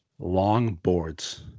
Longboards